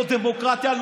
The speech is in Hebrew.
לא דמוקרטיה,